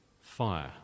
fire